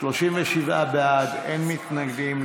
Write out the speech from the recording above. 37 בעד, אין מתנגדים.